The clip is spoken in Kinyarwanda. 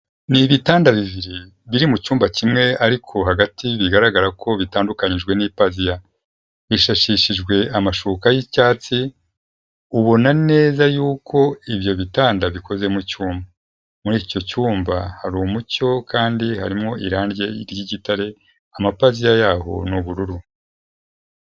Ni ibitanda bibiri biri mucyumba kimwe ariko hagati bigaragara ko bitandukanyijwe n'ipaviya, ishashishijwe amashuka y'icyatsi, ubona neza yuko ibyo bitanda bikoze mu cyuma, muri icyo cyumba hari umucyo kandi harimo irangi ry'igitare amapaviya yaho ni ubururu.